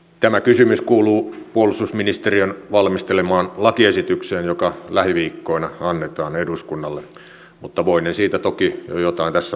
tämä kysymys kuuluu puolustusministeriön valmistelemaan lakiesitykseen joka lähiviikkoina annetaan eduskunnalle mutta voinen siitä toki jo jotain tässä vaiheessa sanoa